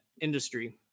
industry